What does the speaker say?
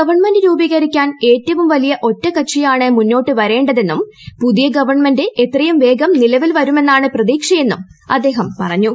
government രൂപീകരിക്കാൻ ഏറ്റവും വലീ്യ ഒറ്റക്കക്ഷിയാണ് മുന്നോട്ട് വരേണ്ടതെന്നും പുതിയ ഗവൺമെന്റ് എത്രയും വേഗം നിലവിൽ വരുമെന്നാണ് പ്രതീക്ഷയെന്നും അദ്ദേഹം പറഞ്ഞു